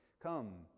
Come